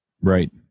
Right